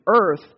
earth